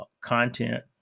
content